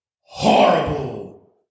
horrible